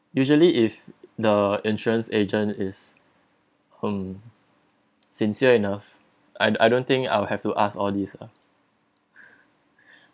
usually if the insurance agent is hmm sincere enough I I don't think I'll have to ask all these ah